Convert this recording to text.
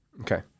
Okay